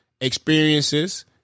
experiences